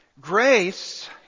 Grace